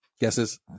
guesses